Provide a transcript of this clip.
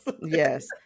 Yes